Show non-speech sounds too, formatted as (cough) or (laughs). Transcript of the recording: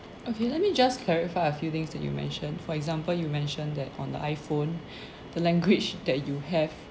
okay let me just clarify a few things that you mentioned for example you mentioned that on the iphone the language (laughs) that you have